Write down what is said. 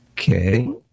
Okay